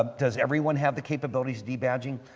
ah does everyone have the capability of de-badging?